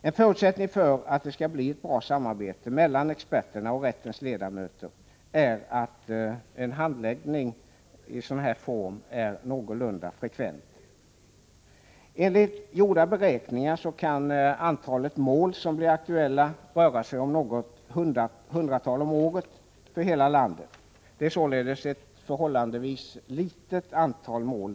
En förutsättning för att det skall bli ett bra samarbete mellan experterna och rättens ledamöter är att handläggning i sådan här form blir någorlunda frekvent. Enligt gjorda beräkningar kan antalet mål som blir aktuella röra sig om något hundratal om året för hela landet. Det gäller således ett förhållandevis litet antal mål.